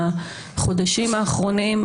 בחודשים האחרונים,